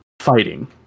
Fighting